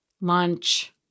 lunch